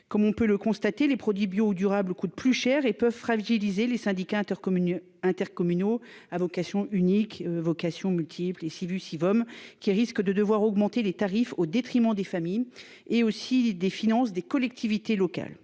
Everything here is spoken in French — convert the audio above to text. comme on peut le constater, les produits bio, durable, coûte plus cher et peuvent fragiliser les syndicats intercommunaux intercommunaux à vocation unique vocation multiple et Sivu Sivom qui risque de devoir augmenter les tarifs au détriment des familles et aussi des finances des collectivités locales,